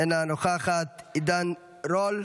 אינה נוכחת, עידן רול,